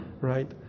Right